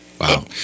Wow